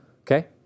Okay